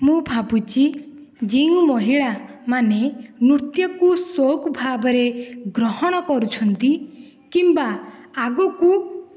ମୁଁ ଭାବୁଛି ଯେଉଁ ମହିଳା ମାନେ ନୃତ୍ୟକୁ ସଉକ୍ ଭାବରେ ଗ୍ରହଣ କରୁଛନ୍ତି କିମ୍ବା ଆଗକୁ